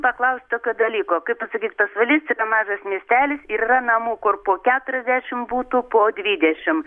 paklaust tokio dalyko kaip pasakyt pasvalys yra mažas miestelis ir yra namų kur po keturiasdešimt būtų po dvidešimt